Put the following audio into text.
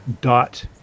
dot